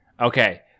Okay